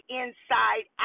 inside